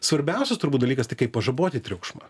svarbiausias turbūt dalykas tai kaip pažaboti triukšmą